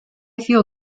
feel